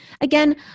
Again